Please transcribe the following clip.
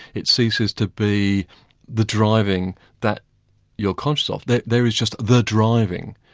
it ceases to be the driving that you're conscious of there there is just the driving.